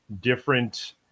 different